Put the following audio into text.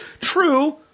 True